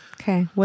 Okay